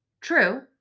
True